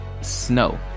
Snow